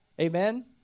Amen